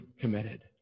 committed